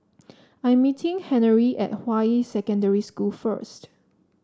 I am meeting Henery at Hua Yi Secondary School first